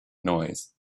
noise